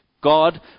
God